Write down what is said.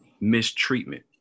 mistreatment